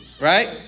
right